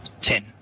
Ten